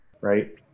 Right